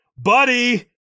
buddy